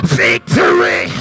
victory